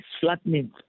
flattening